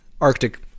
Arctic